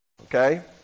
Okay